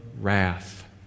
wrath